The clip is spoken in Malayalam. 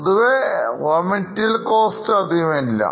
പൊതുവേ raw material cost അധികമില്ല